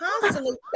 constantly